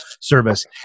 service